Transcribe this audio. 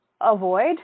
avoid